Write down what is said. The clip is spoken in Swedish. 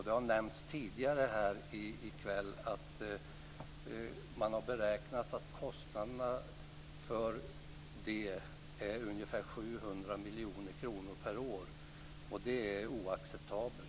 Det har nämnts tidigare här i kväll att man har beräknat att kostnaderna för det är ungefär 700 miljoner kronor per år, och det är oacceptabelt.